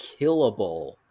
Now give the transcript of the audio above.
killable